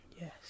Yes